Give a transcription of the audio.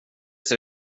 ser